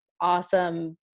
awesome